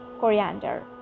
coriander